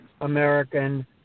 American